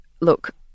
look